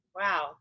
wow